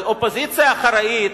אבל אופוזיציה אחראית